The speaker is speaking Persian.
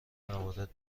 موارد